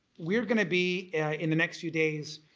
we're going to be in the next few days,